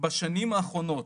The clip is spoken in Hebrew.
בשנים האחרונות,